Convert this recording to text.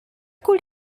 could